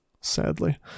sadly